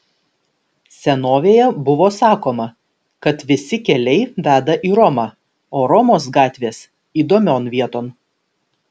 senovėje buvo sakoma kad visi keliai veda į romą o romos gatvės įdomion vieton